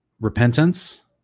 Repentance